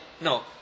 No